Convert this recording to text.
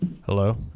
Hello